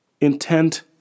Intent